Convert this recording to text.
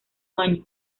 año